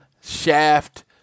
Shaft